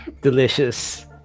delicious